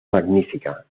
magnífica